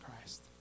christ